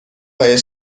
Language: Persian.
های